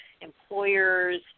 employers